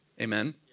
Amen